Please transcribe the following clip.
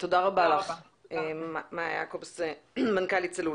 תודה רבה לך, מאיה יעקובס, מנכ"לית צלול.